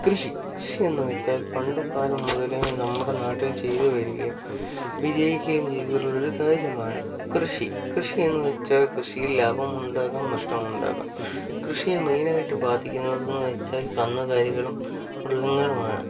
കൃഷി കൃഷിയെന്ന് വെച്ചാൽ പണ്ടുകാലം മുതലേ നമ്മുടെ നാട്ടിൽ ചെയ്തുവരികയും വിജയിക്കുകയും ചെയ്തിട്ടുള്ളൊരു കാര്യമാണ് കൃഷി കൃഷിയെന്ന് വെച്ചാൽ കൃഷിയിൽ ലാഭമുണ്ടാകാം നഷ്ടമുണ്ടാകാം കൃഷിയെ മെയിനായിട്ട് ബാധിക്കുന്നതെന്ന് വെച്ചാൽ കന്നുകാലികളും മൃഗങ്ങളുമാണ്